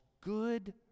good